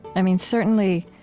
i mean, certainly